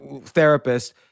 therapist